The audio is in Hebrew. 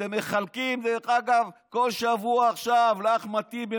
אתם מחלקים כל שבוע עכשיו לאחמד טיבי,